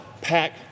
pack